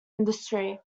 industry